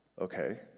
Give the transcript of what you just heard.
Okay